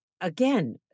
again